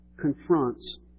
confronts